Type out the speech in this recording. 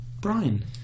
Brian